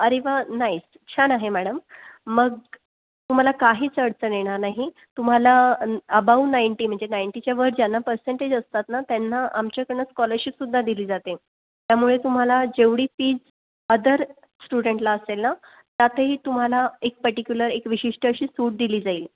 अरे वाह नाईस छान आहे मॅडम मग तुम्हाला काहीच अडचण येणार नाही तुम्हाला अबाव नाईंटी म्हणजे नाईंटीच्या वर ज्यांना पर्सेंटेज असतात ना त्यांना आमच्याकडून स्कॉलरशिपसुद्धा दिली जाते त्यामुळे तुम्हाला जेवढी फीस अदर स्टुडंट्ला असेल ना त्यातही तुम्हाला एक पर्टिक्युलर एक विशिष्ट अशी सूट दिली जाईल